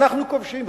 אנחנו כובשים.